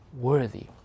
Worthy